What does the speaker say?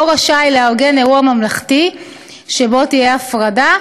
רשאי לארגן אירוע ממלכתי שבו תהיה הפרדה,